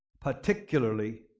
Particularly